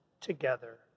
together